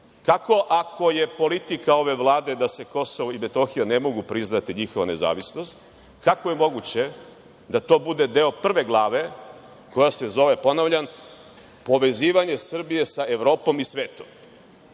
Kako, ako je politika ove Vlade da se KiM ne mogu priznati njihova nezavisnost, kako je moguće da to bude deo Prve glave, koja se zove – povezivanje Srbije sa Evropom i svetom?